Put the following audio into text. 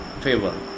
favor